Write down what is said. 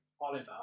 Oliver